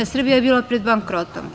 Srbija je bila pred bankrotom.